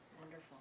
Wonderful